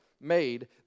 made